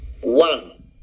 One